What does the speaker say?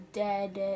dead